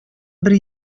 бер